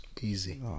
Easy